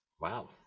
Wow